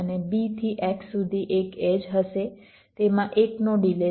અને b થી x સુધી એક એડ્જ હશે જેમાં 1નો ડિલે છે